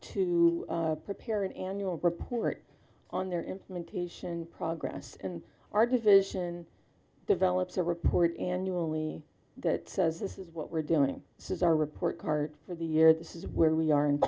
to prepare an annual report on their implementation progress in our division develops a report annually that says this is what we're doing this is our report card for the year this is where we are in